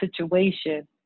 situation